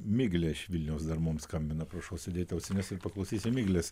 miglė iš vilniaus dar mums skambina prašau sudėti ausines ir paklausysim miglės